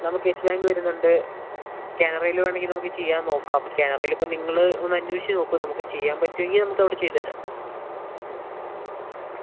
നമുക്ക് Yes Bank വെരുന്നുണ്ട് കാനറയിൽ വേണമെങ്കിൽ നമുക്ക് ചെയ്യാൻ നോക്കാം കാനറയിൽ ഇപ്പോൾ നിങ്ങൾ ഒന്ന് അന്വേഷിച്ച് നോക്ക് നമുക്ക് ചെയ്യാൻ പറ്റുമെങ്കിൽ നമുക്ക് അവിടെ ചെയ്തുതരാം മ്